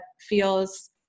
feels